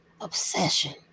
Obsession